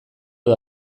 edo